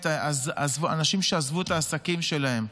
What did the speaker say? אנשים שעזבו את העסקים שלהם,